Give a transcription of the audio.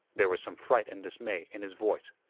there was some fright and dismay in his voice.